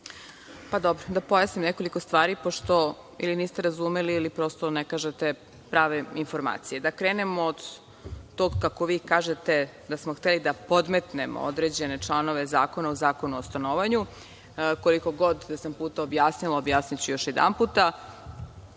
Mihajlović** Da pojasnim nekoliko stvari pošto ili niste razumeli ili prosto ne kažete prave informacije. Da krenemo od tog kako vi kažete da smo hteli da „podmetnemo“ određene članove zakona u zakon o stanovanju. Koliko god da sam puta objasnila, objasniću još jedanput. Ti